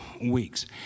weeks